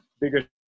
bigger